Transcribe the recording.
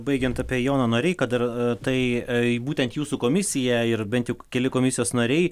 baigiant apie joną noreiką dar tai būtent jūsų komisija ir bent keli komisijos nariai